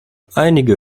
einige